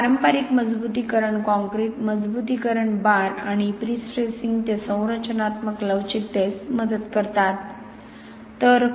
परंतु पारंपारिक मजबुतीकरण कंक्रीट मजबुतीकरण बार किंवा प्रीस्ट्रेसिंग ते संरचनात्मक लवचिकतेस मदत करतात